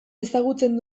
ezagutzen